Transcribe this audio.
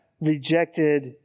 rejected